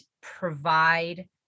provide